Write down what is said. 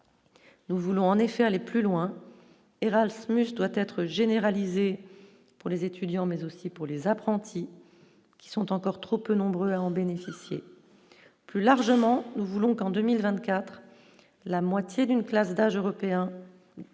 nous voulons en effet aller plus loin et Ralph doit être généralisée pour les étudiants, mais aussi pour les apprentis qui sont encore trop peu nombreux à en bénéficier plus largement, nous voulons qu'en 2024 la moitié d'une classe d'âge européen